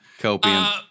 Copium